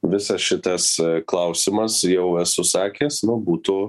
visas šitas e klausimas jau esu sakęs nu būtų